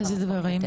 איזה דברים?